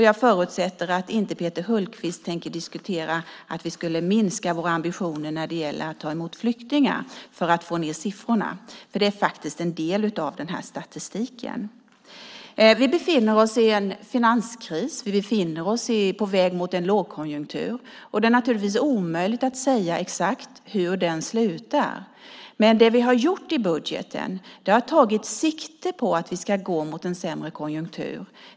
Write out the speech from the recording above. Jag förutsätter att Peter Hultqvist inte tänker diskutera att vi för att få ned siffrorna skulle minska våra ambitioner när det gäller att ta emot flyktingar. Det är en del av statistiken. Vi befinner oss i en finanskris. Vi befinner oss på väg mot en lågkonjunktur. Det är naturligtvis omöjligt att säga exakt hur den slutar. Men det vi har gjort i budgeten har tagit sikte på att vi ska gå mot en sämre konjunktur.